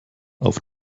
auf